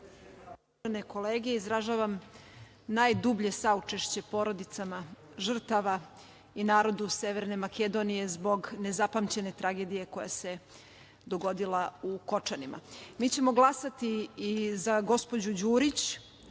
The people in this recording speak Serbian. kolege, izražavam najdublje saučešće porodicama žrtava i narodu Severne Makedonije zbog nezapamćene tragedije koja se dogodila u Kočanima. Mi ćemo glasati i za gospođu Đurić,